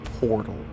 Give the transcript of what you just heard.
portal